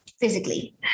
physically